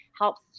helps